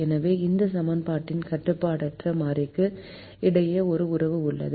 எனவே இந்த சமன்பாட்டிற்கும் கட்டுப்பாடற்ற மாறிக்கும் இடையே ஒரு உறவு உள்ளது